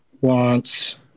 wants